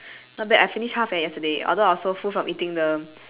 not bad I finish half eh yesterday although I was so full from eating the